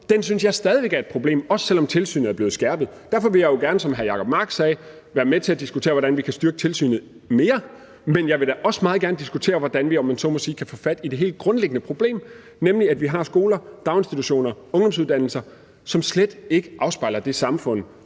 synes jeg stadig væk er et problem, også selv om tilsynet er blevet skærpet. Derfor vil jeg jo gerne, som hr. Jacob Mark sagde, være med til at diskutere, hvordan vi kan styrke tilsynet mere. Men jeg vil da også meget gerne diskutere, hvordan vi, om man så må sige, kan få fat i det helt grundlæggende problem, nemlig at vi har skoler, daginstitutioner, ungdomsuddannelser, som slet ikke afspejler det samfund,